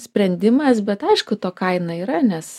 sprendimas bet aišku to kaina yra nes